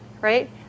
right